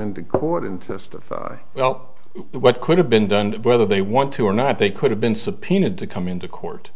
into court and testify well what could have been done whether they want to or not they could have been subpoenaed to come into court